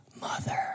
mother